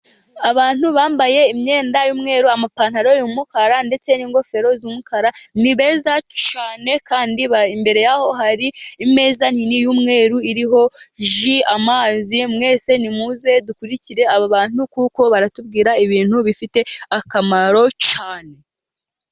Abantu bambaye imyenda y'umweru, amapantaro y'umukara , ndetse n'ingofero z'umukara ni beza cyane, kandi imbere yaho hari ameza manini y'umweru, iriho ji, amazi, mwese nimuze dukurikire aba bantu kuko baratubwira ibintu bifite akamaro cyane.